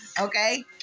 Okay